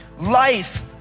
life